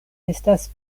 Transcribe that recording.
estas